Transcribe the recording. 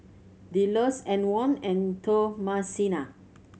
Delos Antwon and Thomasina